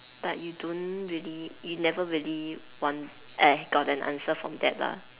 but you don't really you never really want eh got an answer from that lah